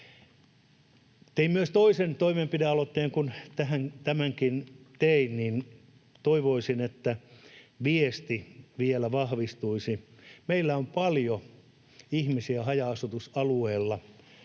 Tein myös toisen toimenpidealoitteen, kun tämänkin tein, niin toivoisin, että viesti vielä vahvistuisi. Meillä on haja-asutusalueella